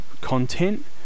content